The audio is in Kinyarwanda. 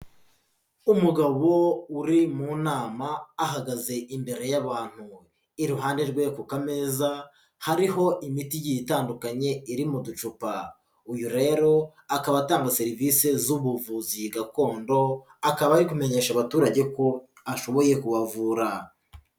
Umugabo uri mu nama ahagaze imbere y'abantu, iruhande rwe ku meza hariho imiti igiye itandukanye iri mu ducupa, uyu rero akaba atanga serivise z'ubuvuzi gakondo, akaba ari kumenyesha abaturage ko ashoboye kubavura.